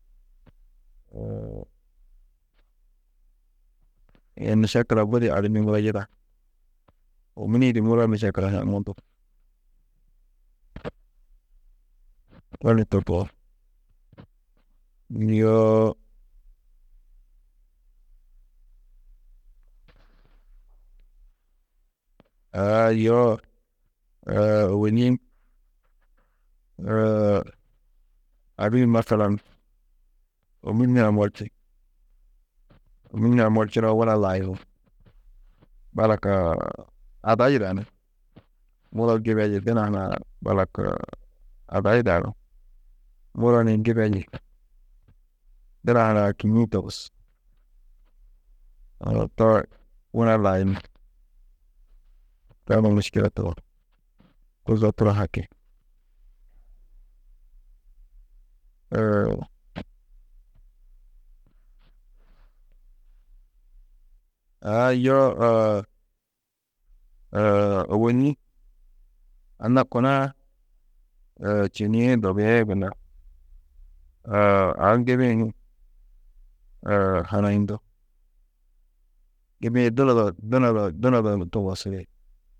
mešekila budi adimmi muro yida, ômuri-ĩ di muro mešekila hunã mundu, to ni to koo, yoo aa, yo ôwonni adimmi masalan, ômuri hunã morči, ômuri hunã morčunoo wuna layini, balak ada yida ni muro gibeyi duna hunã balak ada yidanú muro ni gibeyi, duna hunã kînniĩ togus, odu to wuna layini? To ni miškile turo, kuzo turo haki, aa yo ôwonni anna kuna-ã čênie yê dobia yê gunna aũ gibi-ĩ hi hanayundú, gibi-ĩ dunodo, dunodo, dunodo di